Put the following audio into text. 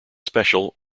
special